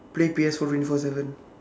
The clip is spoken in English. play P_S four twenty four seven